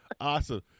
awesome